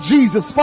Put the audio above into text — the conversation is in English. Jesus